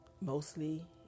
mostly